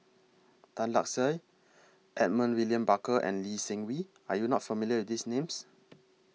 Tan Lark Sye Edmund William Barker and Lee Seng Wee Are YOU not familiar These Names